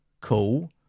Cool